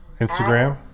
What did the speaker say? Instagram